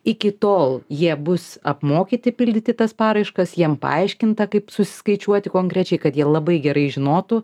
iki tol jie bus apmokyti pildyti tas paraiškas jiem paaiškinta kaip susiskaičiuoti konkrečiai kad jie labai gerai žinotų